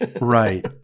Right